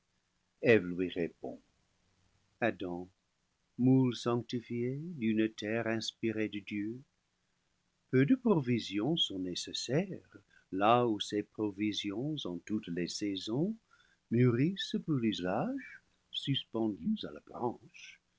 adam moule sanctifié d'une terre inspirée de dieu peu de provisions sont nécessaires là où ces provisions en toutes les saisons mûrissent pour l'usage suspendues à la